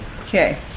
Okay